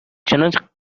چنانچه